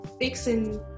fixing